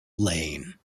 lane